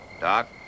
Doc